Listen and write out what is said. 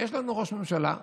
כשיש לנו ראש ממשלה,